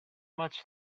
much